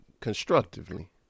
constructively